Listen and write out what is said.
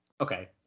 Okay